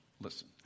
listen